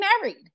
married